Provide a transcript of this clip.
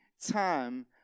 time